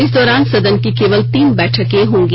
इस दौरान सदन की केवल तीन बैठके होंगी